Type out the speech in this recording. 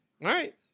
right